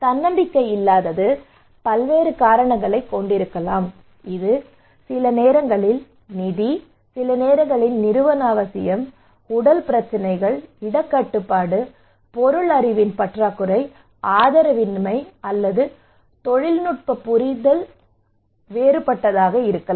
தன்னம்பிக்கை இல்லாதது பல்வேறு காரணங்களைக் கொண்டிருக்கலாம் இது சில நேரங்களில் நிதி சில நேரங்களில் நிறுவன உடல் பிரச்சினைகள் இடக் கட்டுப்பாடு பொருள் அறிவின் பற்றாக்குறை ஆதரவின்மை அல்லது தொழில்நுட்ப புரிதல் வேறுபட்டதாக இருக்கலாம்